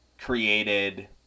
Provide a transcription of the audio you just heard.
created